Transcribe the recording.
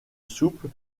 souple